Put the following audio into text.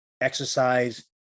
exercise